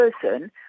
person